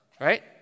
Right